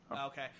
Okay